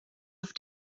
auf